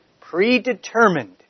predetermined